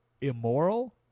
immoral